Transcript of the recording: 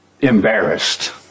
embarrassed